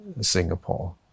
Singapore